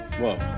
Whoa